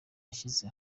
yashyize